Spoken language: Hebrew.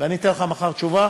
ואני אתן לך מחר תשובה,